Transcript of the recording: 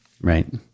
Right